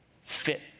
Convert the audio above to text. fit